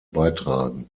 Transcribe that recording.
beitragen